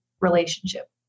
relationship